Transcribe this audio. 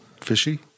fishy